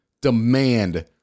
demand